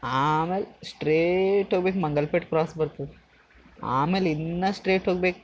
ಆಮೇಲೆ ಸ್ಟ್ರೇಟ್ ಹೋಗ್ಬೇಕು ಮಂಗಲ ಪೇಟೆ ಕ್ರಾಸ್ ಬರ್ತದೆ ಆಮೇಲೆ ಇನ್ನೂ ಸ್ಟ್ರೇಟ್ ಹೋಗ್ಬೇಕು